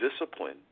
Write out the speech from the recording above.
discipline